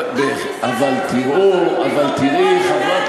אבל תראי, חברת